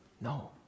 no